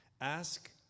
Ask